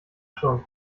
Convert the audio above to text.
schon